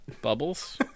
Bubbles